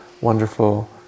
wonderful